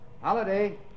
Holiday